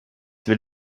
will